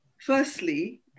firstly